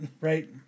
Right